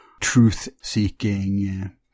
truth-seeking